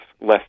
less